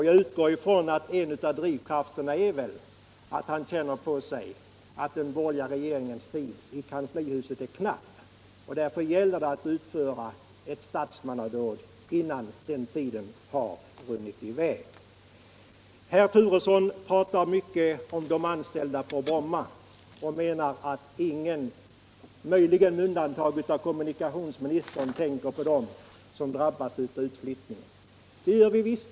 Jag utgår från att en av drivkrafterna är att kommunikationsministern 163 känner på sig att den borgerliga regeringens tid i kanslihuset är knapp och att det därför gäller att utföra ett statsmannadåd innan den tiden har runnit i väg. Kommunikationsministern talar mycket om de anställda på Bromma och menar att ingen — möjligen med undantag av honom själv — tänker på dem som drabbas av utflyttningen. Det gör vi visst!